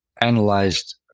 analyzed